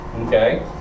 Okay